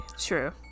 True